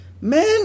man